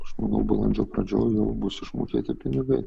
aš manau balandžio pradžioj jau bus išmokėti pinigai